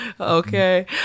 Okay